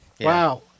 Wow